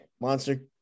monster